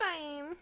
fine